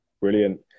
brilliant